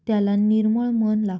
त्याला निर्मळ मन लागतं